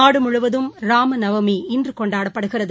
நாடுமுழுவதும் ராமநவமி இன்றுகொண்டாடப்படுகிறது